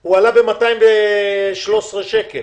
הוא עלה ב-213 שקלים,